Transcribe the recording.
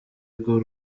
bw’u